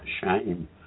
shame